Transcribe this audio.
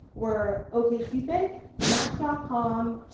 were okcupid, match ah com,